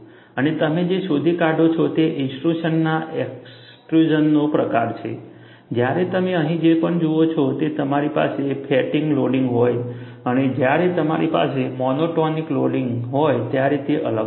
અને તમે જે શોધી કાઢો છો તે ઇન્ટ્રુશનના એક્સટ્રુઝનનો પ્રકાર છે જ્યારે તમે અહીં જે પણ જુઓ છો તે તમારી પાસે ફેટિગ લોડિંગ હોય અને જ્યારે તમારી પાસે મોનોટોનિક લોડિંગ હોય ત્યારે તે અલગ હોય છે